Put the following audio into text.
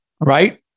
right